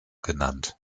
genannt